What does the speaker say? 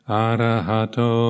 arahato